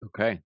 Okay